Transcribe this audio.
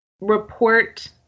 report